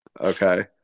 okay